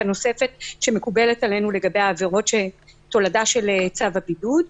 נוספת שמקובלת עלינו לגבי העבירות שהן תולדה של צו הבידוד.